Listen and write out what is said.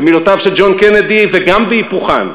במילותיו של ג'ון קנדי וגם בהיפוכן,